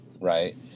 right